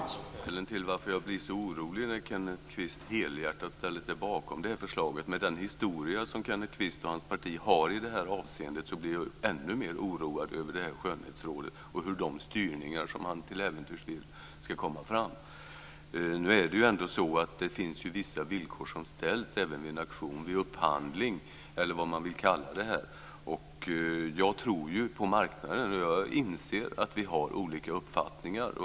Herr talman! Det är ett av skälen till att jag blir så orolig när Kenneth Kvist helhjärtat ställer sig bakom det här förslaget. Med den historia som Kenneth Kvist och hans parti har i det här avseendet blir jag änu mer oroad över skönhetsrådet och de styrningar som han till äventyrs vill ska komma. Nu finns det vissa villkor som ställs även vid en auktion, upphandling eller vad man vill kalla det. Jag tror på marknaden. Jag inser att vi har olika uppfattningar.